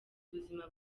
buzima